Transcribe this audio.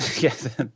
Yes